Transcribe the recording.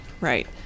right